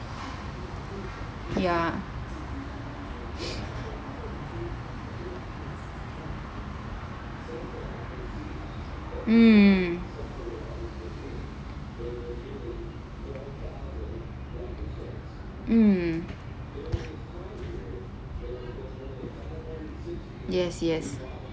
ya mm mm yes yes